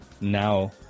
now